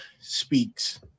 speaks